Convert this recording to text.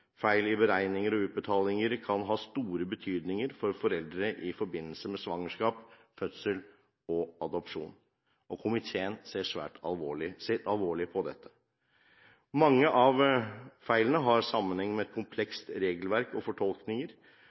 Feil i beregninger og utbetalinger kan ha store betydninger for foreldre i forbindelse med svangerskap, fødsel og adopsjon, og komiteen ser alvorlig på dette. Mange av feilene har sammenheng med et komplekst regelverk – og fortolkninger